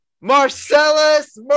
Marcellus